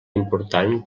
important